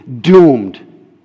doomed